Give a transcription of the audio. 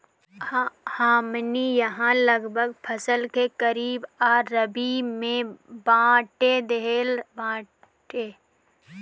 हमनी इहाँ लगभग फसल के खरीफ आ रबी में बाँट देहल बाटे